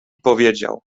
powiedział